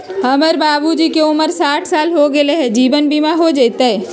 हमर बाबूजी के उमर साठ साल हो गैलई ह, जीवन बीमा हो जैतई?